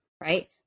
right